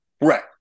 Right